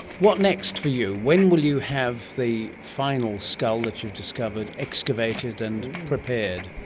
what next for you? when will you have the final skull that you've discovered excavated and prepared?